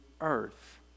earth